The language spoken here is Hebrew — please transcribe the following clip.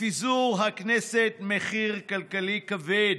לפיזור הכנסת יש מחיר כלכלי כבד.